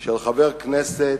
של חבר כנסת